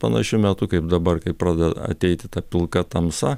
panašiu metu kaip dabar kai pradeda ateiti ta pilka tamsa